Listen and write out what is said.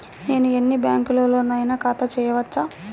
నేను ఎన్ని బ్యాంకులలోనైనా ఖాతా చేయవచ్చా?